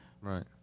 Right